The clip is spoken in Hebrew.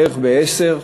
בערך בעשר,